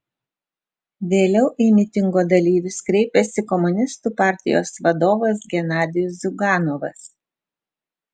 vėliau į mitingo dalyvius kreipėsi komunistų partijos vadovas genadijus ziuganovas